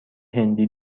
هندی